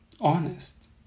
honest